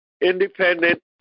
Independent